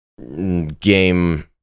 game